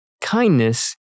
Kindness